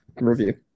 review